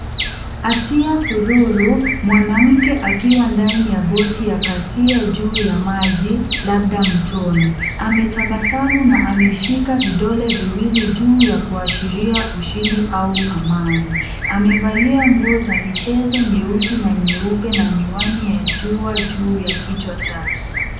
Asiya Sururu mwanamke akiwa ndani ya boti ya kasia juu ya maji, labda mtoni. Ametabasamu na ameshika vidole viwili juu ya kuashiria ushindi au amani. Amevalia nguo za michezo nyeusi na nyeupe na miwani ya jua juu ya kichwa chake.